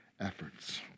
efforts